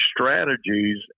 strategies